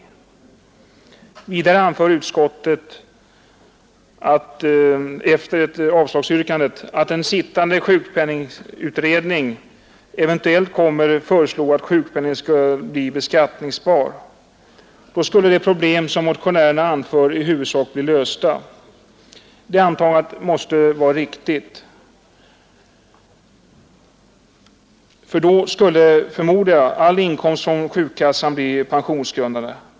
Vidare anför utskottet efter avslagsyrkandet att den sittande sjukpenningutredningen eventuellt kommer att föreslå att sjukpenningen skall bli beskattningsbar. Därmed skulle de problem som motionärerna anför i huvudsak bli lösta. Det antagandet måste vara riktigt; då skulle — förmodar jag — all inkomst från sjukkassan bli pensionsgrundande.